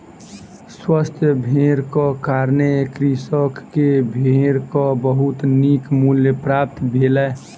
स्वस्थ भेड़क कारणें कृषक के भेड़क बहुत नीक मूल्य प्राप्त भेलै